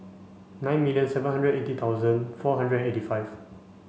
nine million seven hundred eighty thousand four hundred eighty five